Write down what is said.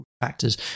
factors